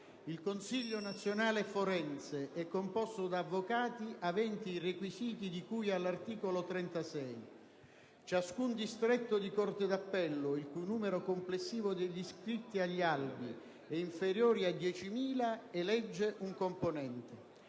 dal seguente*: "Il CNF è composto da avvocati aventi i requisiti di cui all'articolo 36. Ciascun distretto di corte d'appello il cui numero complessivo degli iscritti agli albi è inferiore a diecimila elegge un componente.